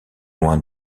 loin